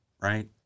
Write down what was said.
right